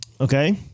okay